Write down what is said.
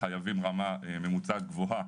חייבים רמה ממוצעת גבוהה